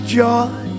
joy